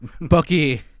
Bucky